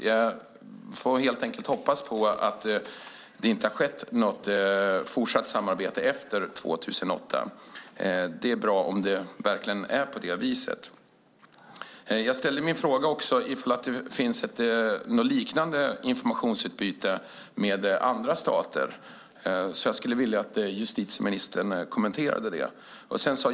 Jag får helt enkelt hoppas på att det inte har skett något fortsatt samarbete efter 2008. Det är bra om det verkligen är på det viset. Jag ställde också en fråga om det finns något liknande informationsutbyte med andra stater. Jag skulle vilja att justitieministern kommenterade den.